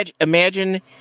Imagine